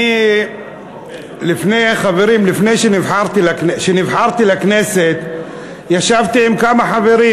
לפני שנבחרתי לכנסת ישבתי עם כמה חברים.